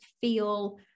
feel